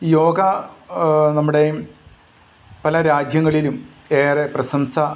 യോഗ നമ്മുടെയും പല രാജ്യങ്ങളിലും ഏറെ പ്രശംസ